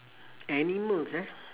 animals ah